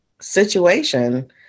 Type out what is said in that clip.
situation